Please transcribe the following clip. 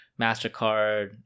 MasterCard